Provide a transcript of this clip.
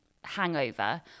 hangover